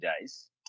days